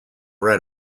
read